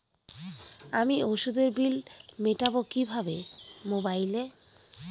আমি ওষুধের বিল মেটাব কিভাবে মোবাইলে?